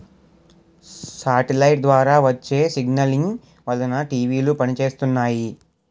satellite ద్వారా వచ్చే signalling వలన టీవీలు పనిచేస్తున్నాయి